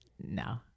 No